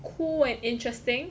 cool and interesting